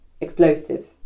explosive